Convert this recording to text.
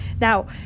Now